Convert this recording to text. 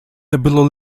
nebylo